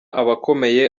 abakomeye